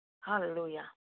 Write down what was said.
Hallelujah